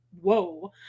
whoa